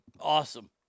Awesome